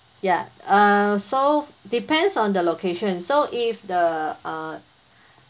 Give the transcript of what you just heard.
ya uh so depends on the location so if the uh